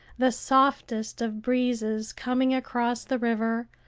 the softest of breezes coming across the river,